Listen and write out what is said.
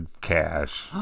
cash